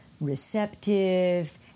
receptive